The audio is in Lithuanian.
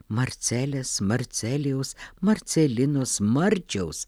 marcelės marcelijaus marcelinos marčiaus